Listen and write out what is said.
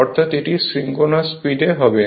অর্থাৎ এটি synchronous speed হবে